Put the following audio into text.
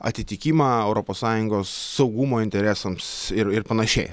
atitikimą europos sąjungos saugumo interesams ir ir panašiai